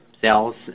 cells